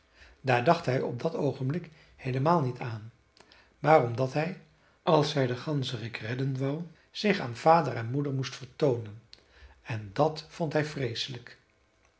daar dacht hij op dat oogenblik heelemaal niet aan maar omdat hij als hij den ganzerik redden wou zich aan vader en moeder moest vertoonen en dat vond hij vreeselijk